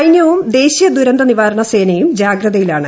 സൈന്യവും ദേശീയ ദുരന്ത നിവാരണ സേനയും ജാഗ്രതയിലാണ്